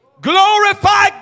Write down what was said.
glorify